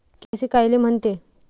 KYC कायले म्हनते?